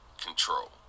control